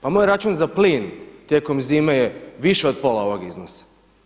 Pa moj račun za plin tijekom zime je više od pola ovog iznosa.